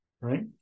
Right